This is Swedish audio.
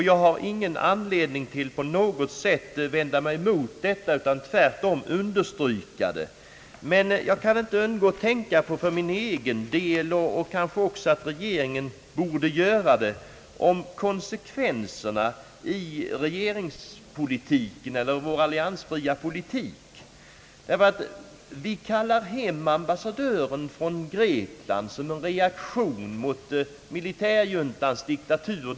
Jag har ingen anledning att på något sätt vända mig emot detta utan tvärtom understryka det, men jag kan för min egen del inte undgå — och kanske inte heller regeringen borde göra det — att tänka på konsekvenserna av vår alliansfria politik. Vi har kallat hem vår ambassadör från Grekland som något slags reaktion mot militärjuntans diktatur.